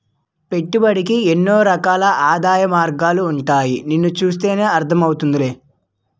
పెట్టుబడికి ఎన్నో రకాల ఆదాయ మార్గాలుంటాయని నిన్ను చూస్తేనే అర్థం అవుతోందిలే